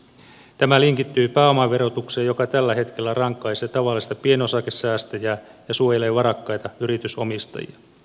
tämä linkittyy pääomaverotukseen joka tällä hetkellä rankaisee tavallista pienosakesäästäjää ja suojelee varakkaita yritysomistajia